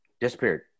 Disappeared